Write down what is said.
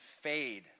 Fade